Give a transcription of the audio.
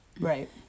Right